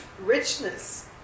richness